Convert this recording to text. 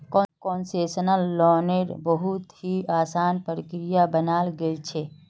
concessional लोन्नेर बहुत ही असान प्रक्रिया बनाल गेल छे